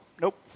nope